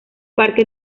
parque